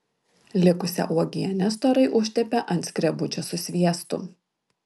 likusią uogienę storai užtepė ant skrebučio su sviestu